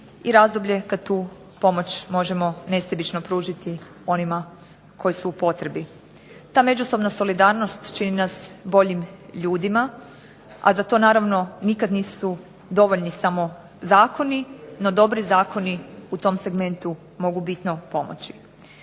i razdoblje kad tu pomoć možemo nesebično pružiti onima koji su u potrebi. Ta međusobna solidarnost čini nas boljim ljudima, a za to naravno nikad nisu dovoljni samo zakoni, no dobri zakoni u tom segmentu mogu bitno pomoći.